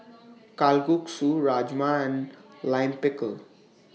Kalguksu Rajma and Lime Pickle